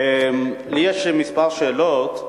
לי יש כמה שאלות.